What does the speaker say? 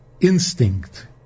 instinct